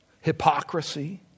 hypocrisy